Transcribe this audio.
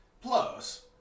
Plus